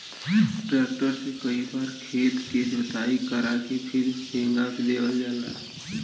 tractor से कई बार खेत के जोताई करा के फिर हेंगा देवल जाला